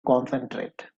concentrate